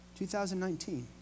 2019